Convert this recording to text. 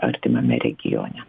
artimame regione